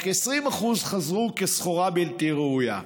רק ש-20% חזרו כסחורה בלתי ראויה.